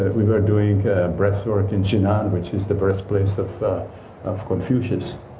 we were doing breathwork in, which is the birthplace of of confucius.